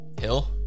Hill